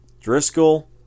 Driscoll